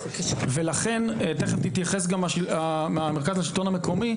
ולכן תכף יתייחס גם מרכז השלטון המקומי,